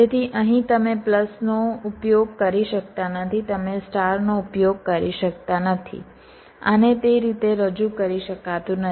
તેથી અહીં તમે પ્લસનો ઉપયોગ કરી શકતા નથી તમે સ્ટારનો ઉપયોગ કરી શકતા નથી આને તે રીતે રજૂ કરી શકાતું નથી